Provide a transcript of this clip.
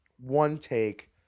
one-take